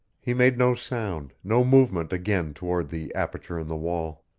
he made no sound, no movement again toward the aperture in the wall.